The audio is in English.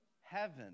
Heaven